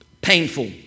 painful